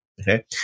Okay